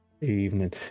Evening